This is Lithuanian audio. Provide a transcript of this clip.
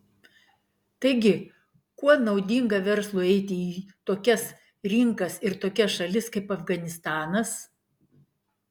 taigi kuo naudinga verslui eiti į tokias rinkas ir tokias šalis kaip afganistanas